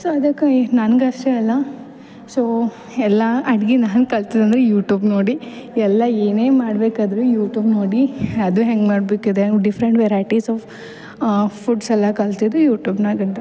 so ಅದಕ್ಕೆ ಎ ನನ್ಗೆ ಅಷ್ಟೇ ಅಲ್ಲ ಸೊ ಎಲ್ಲ ಅಡ್ಗಿನ ಹಂಗೆ ಕಲ್ತಿದಂದ್ರೆ ಯೂಟ್ಯೂಬ್ ನೋಡಿ ಎಲ್ಲಾ ಏನೇ ಮಾಡ್ಬೇಕಾದರೂ ಯೂಟ್ಯೂಬ್ ನೋಡಿ ಅದು ಹೆಂಗೆ ಮಾಡಬೇಕಿದೆ ಡಿಫ್ರೆಂಟ್ ವೆರೈಟಿಸ್ ಒಫ್ ಫುಡ್ಸ್ಯೆಲ್ಲ ಕಲ್ತಿದ್ದು ಯೂಟ್ಯೂಬ್ನಾಗಿದ್ದ